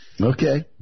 Okay